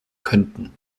könnten